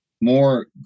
more